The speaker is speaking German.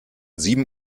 sieben